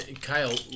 Kyle